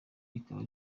rikaba